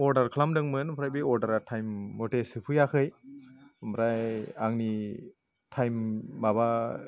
order खालामदोंमोन ओमफ्राय बे अर्डारआ टाइम मते सौफैयाखै ओमफ्राय आंनि टाइम माबा